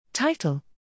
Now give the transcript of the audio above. Title